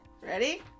Ready